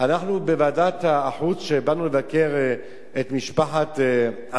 אנחנו בוועדת החוץ, כשבאנו לבקר את משפחת עמי,